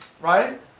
Right